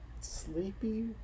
Sleepy